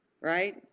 right